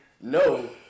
no